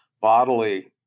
bodily